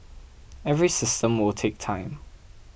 every system will take time